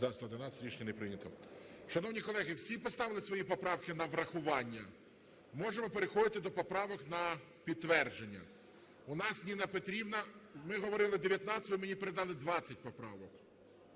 За-111 Рішення не прийнято. Шановні колеги, всі поставили свої поправки на врахування? Можемо переходити до поправок на підтвердження. У нас, Ніна Петрівна, ми говорили 19, ви мені передали 20 поправок.